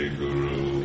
guru